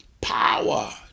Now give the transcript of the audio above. power